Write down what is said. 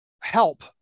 Help